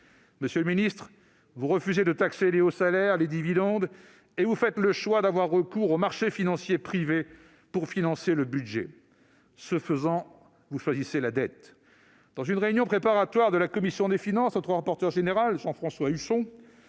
Monsieur le ministre, vous refusez de taxer les hauts salaires et les dividendes et vous faites le choix d'avoir recours aux marchés financiers privés pour financer le budget. Ce faisant, vous choisissez la dette. Dans une réunion préparatoire de la commission des finances, notre rapporteur général, Jean-François Husson,